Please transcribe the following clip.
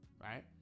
Right